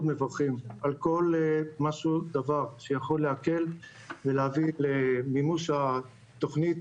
מברכים על כל דבר שיכול להקל ולהביא למימוש התוכנית